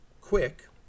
quick